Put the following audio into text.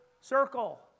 circle